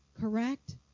Correct